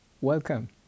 Welcome